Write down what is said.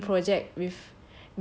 banner thing project with